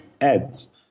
ads